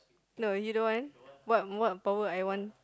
no you don't want what what power I want